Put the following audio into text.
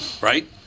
Right